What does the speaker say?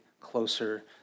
closer